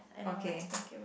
okay